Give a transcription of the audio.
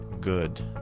good